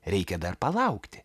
reikia dar palaukti